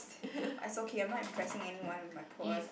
it's okay I'm not impressing anyone with my poor grammar